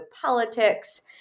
politics